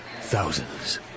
Thousands